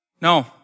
No